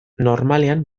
normalean